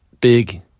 big